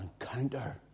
encounter